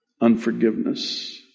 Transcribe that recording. unforgiveness